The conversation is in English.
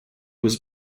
was